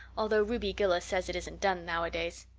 although ruby gillis says it isn't done nowadays.